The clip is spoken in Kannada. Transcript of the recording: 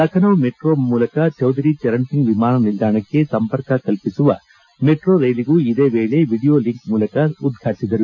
ಲಖನೌ ಮೆಟ್ರೋ ಮೂಲಕ ಚೌಧರಿ ಚರಣ್ ಸಿಂಗ್ ವಿಮಾನ ನಿಲ್ದಾಣಕ್ಕೆ ಸಂಪರ್ಕ ಕಲ್ಪಿಸುವ ಮೆಟ್ರೋ ರೈಲಿಗೂ ಇದೇ ವೇಳೆ ವಿಡಿಯೋ ಲಿಂಕ್ ಮೂಲಕ ಉದ್ವಾಟಿಸಿದರು